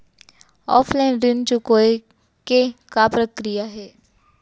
Offline ऋण चुकोय के का प्रक्रिया हे?